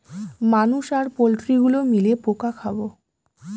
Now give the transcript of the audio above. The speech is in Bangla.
মানুষ আর পোল্ট্রি গুলো মিলে পোকা খাবো